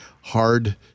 hard